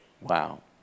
Wow